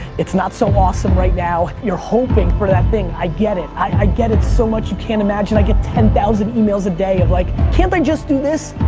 it's not so awesome right now. you're hoping for that thing. i get it. i get it so much you can't imagine. i get ten thousand emails a day of, like can't can't i just do this?